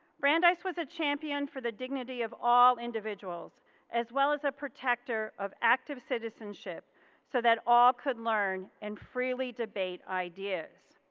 brandeis was a champion for the dignity of all individuals as well as a protector of active citizenship so that all could learn and freely debate ideas.